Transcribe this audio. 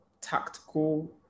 tactical